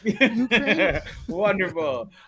wonderful